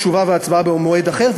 תשובה והצבעה במועד אחר,